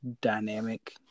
dynamic